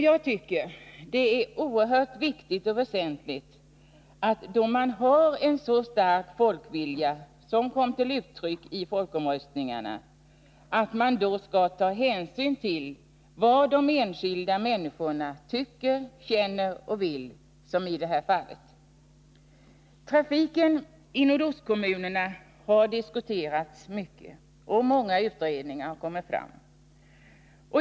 Jag tycker att det är oerhört viktigt och väsentligt att man då man har en så stark folkvilja som kom till uttryck i folkomröstningarna tar hänsyn till vad de enskilda människorna tycker, känner och vill. Trafiken i nordostkommunerna har diskuterats mycket, och många utredningar har kommit fram.